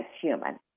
human